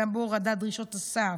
גם בהורדת דרישות הסף.